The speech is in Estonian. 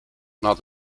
nad